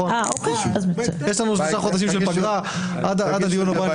יש פגרה באמצע עד הדיון הבא.